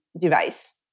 device